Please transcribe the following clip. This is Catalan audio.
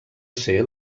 ser